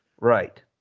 Right